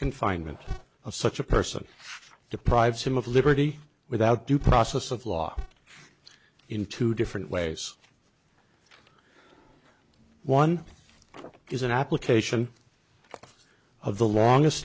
confinement of such a person deprives him of liberty without due process of law in two different ways one is an application of the long est